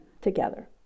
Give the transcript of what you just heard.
together